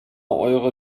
eure